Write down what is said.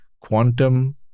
quantum